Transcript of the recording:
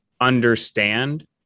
understand